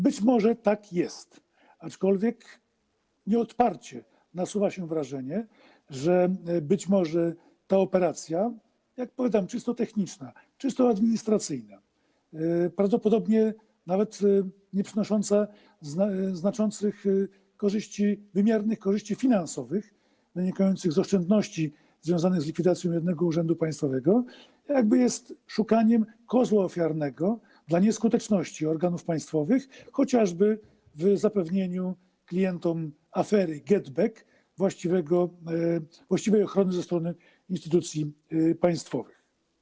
Być może tak jest, aczkolwiek nieodparcie nasuwa się wrażenie, że być może ta operacja, jak powiadam, czysto techniczna, czysto administracyjna, prawdopodobnie nawet nieprzynosząca znaczących korzyści, wymiernych korzyści finansowych wynikających z oszczędności związanych z likwidacją jednego urzędu państwowego, tak jakby jest szukaniem kozła ofiarnego dla nieskuteczności organów państwowych chociażby w zapewnieniu klientom, jeśli chodzi o aferę GetBacku, właściwej ochrony ze strony instytucji państwowych.